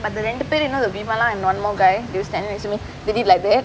but அந்த ரெண்டு பேரு:antha rendu peru one more guy they were standing next to me they did like that